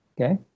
Okay